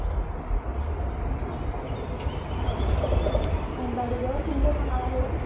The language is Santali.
ᱜᱟᱲᱤ ᱫᱚ ᱥᱤᱞᱫᱟᱹ ᱠᱷᱚᱱ ᱟᱲᱟᱜᱽ ᱦᱩᱭᱩᱜᱼᱟ